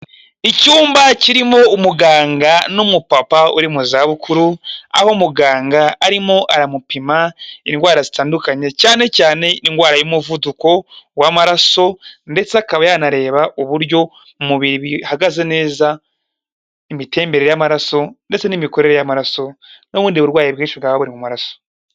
Icyumba kirimo umuganga n'umupapa uri mu za bukuru, aho muganga arimo aramupima indwara zitandukanye, cyane cyane indwara y'umuvuduko w'amaraso, ndetse akaba yanareba uburyo umubiri bihagaze neza, imitembere y'amaraso, ndetse n'imikorere y'amaraso, n'ubundi burwayi bwinshi bwaba buri mu maraso.